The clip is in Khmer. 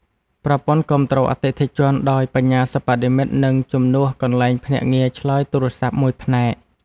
ប្រព័ន្ធគាំទ្រអតិថិជនដោយ បញ្ញាសិប្បនិម្មិត នឹងជំនួសកន្លែងភ្នាក់ងារឆ្លើយទូរសព្ទមួយផ្នែក។